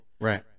right